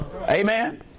Amen